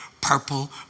Purple